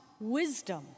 wisdom